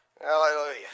Hallelujah